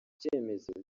cyemezo